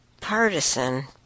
partisan